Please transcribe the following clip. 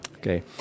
Okay